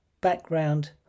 background